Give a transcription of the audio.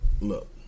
look